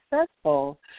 successful